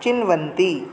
चिन्वन्ति